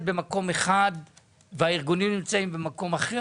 במקום אחד והארגונים נמצאים במקום אחר.